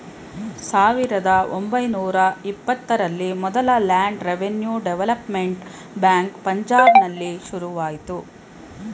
ಸಾವಿರದ ಒಂಬೈನೂರ ಇಪ್ಪತ್ತರಲ್ಲಿ ಮೊದಲ ಲ್ಯಾಂಡ್ ರೆವಿನ್ಯೂ ಡೆವಲಪ್ಮೆಂಟ್ ಬ್ಯಾಂಕ್ ಪಂಜಾಬ್ನಲ್ಲಿ ಶುರುವಾಯ್ತು